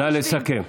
נא לסכם.